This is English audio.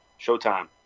showtime